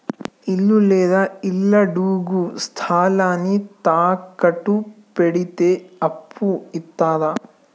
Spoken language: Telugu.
ఇల్లు లేదా ఇళ్లడుగు స్థలాన్ని తాకట్టు పెడితే అప్పు ఇత్తరా?